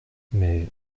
mais